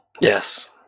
Yes